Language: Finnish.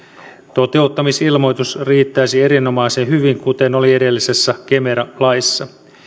toteuttamisilmoitus riittäisi erinomaisen hyvin kuten oli edellisessä kemera laissa